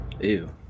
Ew